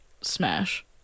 smash